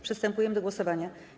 Przystępujemy do głosowania.